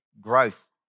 growth